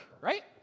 right